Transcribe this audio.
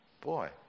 Boy